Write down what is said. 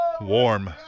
warm